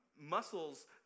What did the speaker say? Muscles